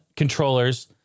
controllers